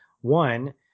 one